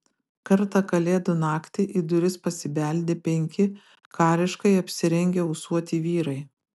kartą kalėdų naktį į duris pasibeldė penki kariškai apsirengę ūsuoti vyrai